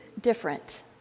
different